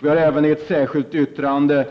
Vi har även i ett särskilt yttrande